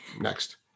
Next